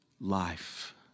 life